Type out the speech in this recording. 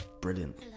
brilliant